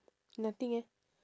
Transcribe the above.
nothing eh